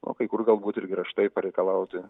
o kai kur galbūt ir griežtai pareikalauti